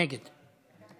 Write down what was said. נגד.